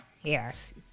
Yes